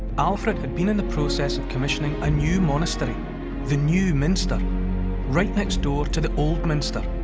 alfred had been in the process of commissioning a new monastery the new minster right next door to the old minster.